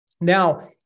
Now